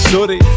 Sorry